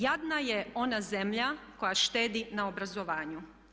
Jadna je ona zemlja koja štedi na obrazovanju.